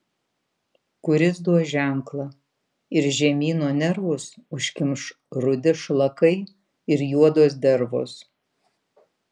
kuris duos ženklą ir žemyno nervus užkimš rudi šlakai ir juodos dervos